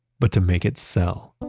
but to make it sell